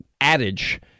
adage